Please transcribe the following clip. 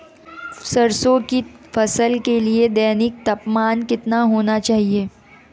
सरसों की फसल के लिए दैनिक तापमान कितना होना चाहिए?